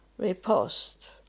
repost